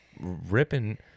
ripping